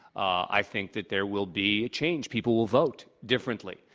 i think that there will be a change. people will vote differently.